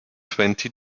twenty